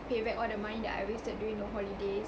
pay back all the money that I wasted during the holidays